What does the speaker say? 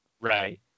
Right